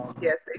Yes